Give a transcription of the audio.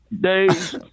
days